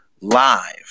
live